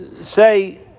say